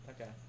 Okay